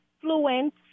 fluent